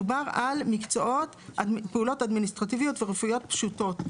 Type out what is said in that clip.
דובר על פעולות אדמיניסטרטיביות ורפואיות פשוטות.